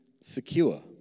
secure